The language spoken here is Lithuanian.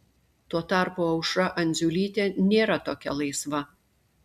tuo tarpu aušra andziulytė nėra tokia laisva